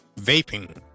vaping